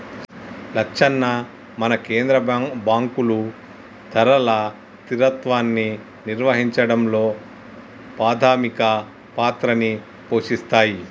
లచ్చన్న మన కేంద్ర బాంకులు ధరల స్థిరత్వాన్ని నిర్వహించడంలో పాధమిక పాత్రని పోషిస్తాయి